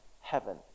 heaven